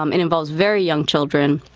um it involves very young children,